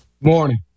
Morning